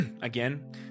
again